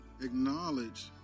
acknowledge